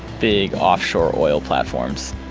big offshore oil platforms.